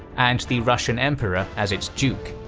and the russian emperor as its duke.